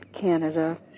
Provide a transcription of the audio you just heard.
Canada